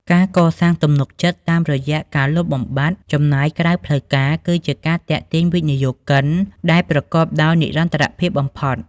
ការកសាងទំនុកចិត្តតាមរយៈការលុបបំបាត់ "ចំណាយក្រៅផ្លូវការ" គឺជាការទាក់ទាញវិនិយោគិនដែលប្រកបដោយនិរន្តរភាពបំផុត។